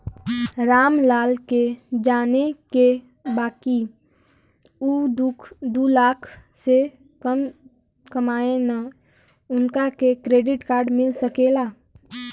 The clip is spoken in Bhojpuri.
राम लाल के जाने के बा की ऊ दूलाख से कम कमायेन उनका के क्रेडिट कार्ड मिल सके ला?